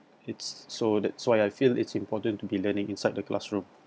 it's so that's why I feel it's important to be learning inside the classroom